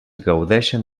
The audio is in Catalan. gaudeixen